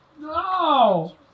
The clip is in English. no